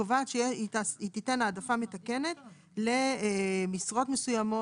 קובעות שתינתן העדפה מתקנת למשרות מסוימות.